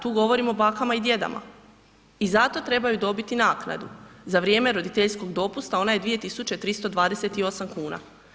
Tu govorim o bakama i djedama i zato trebaju dobiti naknadu za vrijeme roditeljskog dopusta, ona je 2328 kuna.